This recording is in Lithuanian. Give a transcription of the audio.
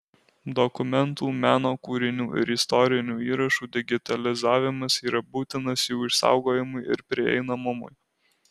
dokumentų meno kūrinių ir istorinių įrašų digitalizavimas yra būtinas jų išsaugojimui ir prieinamumui